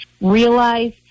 realize